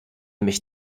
mich